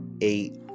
eight